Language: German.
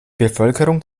bevölkerung